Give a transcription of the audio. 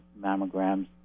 mammograms